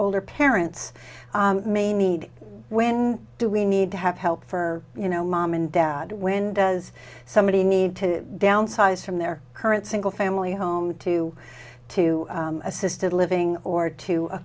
older parents may need when do we need to have help for you know mom and dad when does somebody need to downsize from their current single family home to to assisted living or to a